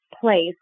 place